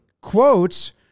quotes